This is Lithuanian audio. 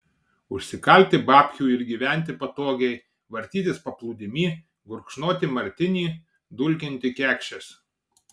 užsikalti babkių ir gyventi patogiai vartytis paplūdimy gurkšnoti martinį dulkinti kekšes